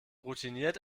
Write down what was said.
routiniert